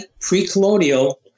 pre-colonial